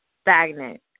stagnant